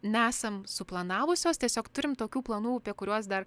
nesam suplanavusios tiesiog turim tokių planų apie kuriuos dar